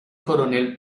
coronel